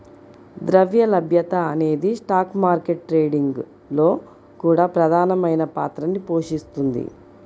ద్రవ్య లభ్యత అనేది స్టాక్ మార్కెట్ ట్రేడింగ్ లో కూడా ప్రధానమైన పాత్రని పోషిస్తుంది